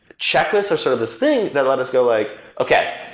checklists are sort of this thing that let us go like, okay,